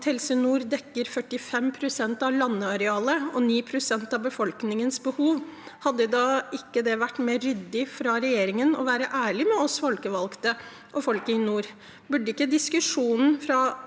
Helse Nord dekker 45 pst. av landarealet og 9 pst. av befolkningens behov, hadde det ikke vært mer ryddig fra regjeringen å være ærlige med oss folkevalgte og folket i nord? Burde ikke diskusjonen ha